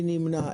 מי נמנע?